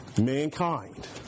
mankind